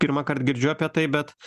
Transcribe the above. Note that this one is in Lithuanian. pirmąkart girdžiu apie tai bet